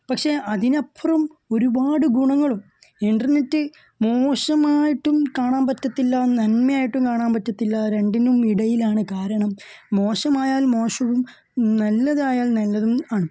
പക്ഷെ അതിനപ്പുറം ഒരുപാട് ഗുണങ്ങളും ഇൻറ്റർനെറ്റ് മോശമായിട്ടും കാണാൻ പറ്റില്ല നന്മ ആയിട്ടും കാണാൻ പറ്റില്ല രണ്ടിനും ഇടയിലാണ് കാരണം മോശമായാൽ മോശവും നല്ലതായാൽ നല്ലതും ആണ്